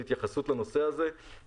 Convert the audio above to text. התייחסות לנושא הזה מבחינת תקציב המדינה.